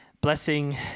blessing